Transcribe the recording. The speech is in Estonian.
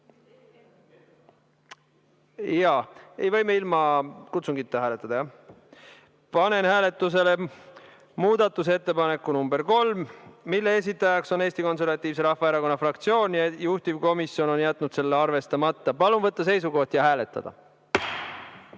Jaa, võime ilma kutsungita hääletada. Panen hääletusele muudatusettepaneku nr 3, mille esitajaks on Eesti Konservatiivse Rahvaerakonna fraktsioon ja juhtivkomisjon on jätnud selle arvestamata. Palun võtta seisukoht ja hääletada!